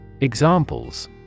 Examples